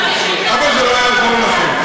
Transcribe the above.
אבל זה לא יעזור לכם.